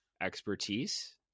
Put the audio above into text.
expertise